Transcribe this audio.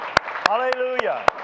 Hallelujah